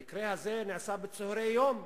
המעשה הזה נעשה בצהרי יום,